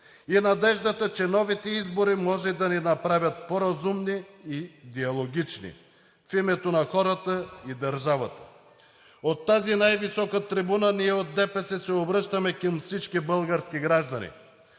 и надеждата, че новите избори може да ни направят по-разумни и диалогични в името на хората и държавата. От тази най-висока трибуна ние, от ДПС, се обръщаме към всички български граждани.